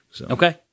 Okay